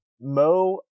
Mo